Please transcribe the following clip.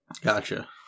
gotcha